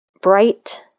bright